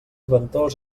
ventós